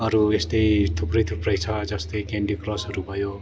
अरू यस्तै थुप्रै थुप्रै छ जस्तै क्यान्डीक्रसहरू भयो